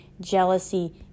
jealousy